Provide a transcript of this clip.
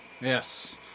Yes